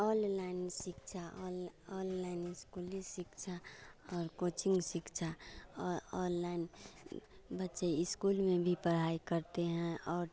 online शिक्षा on online स्कूली शिक्षा और कोचिंग शिक्षा और अनलाइन बच्चे स्कूल में भी पढ़ाई करते हैं और